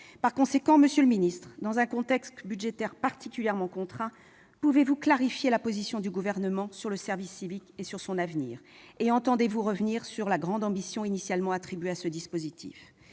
en 2020. Monsieur le secrétaire d'État, dans un contexte budgétaire particulièrement contraint, pouvez-vous clarifier la position du Gouvernement sur le service civique et son devenir ? Entendez-vous revenir sur la grande ambition initialement attribuée à ce dispositif ?